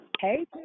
Hey